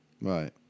right